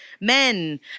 men